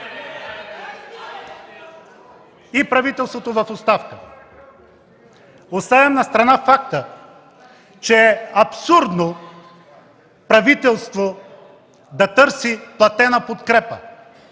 И правителството в оставка! Оставям настрана факта, че е абсурдно правителство да търси платена подкрепа.